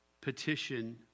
petition